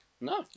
No